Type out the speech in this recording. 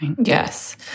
Yes